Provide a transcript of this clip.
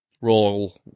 roll